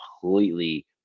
completely